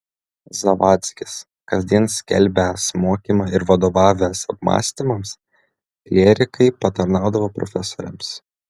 zavadzkis kasdien skelbęs mokymą ir vadovavęs apmąstymams klierikai patarnaudavo profesoriams